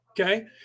Okay